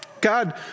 God